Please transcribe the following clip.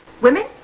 women